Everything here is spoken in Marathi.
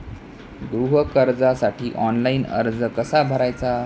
गृह कर्जासाठी ऑनलाइन अर्ज कसा भरायचा?